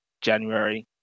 January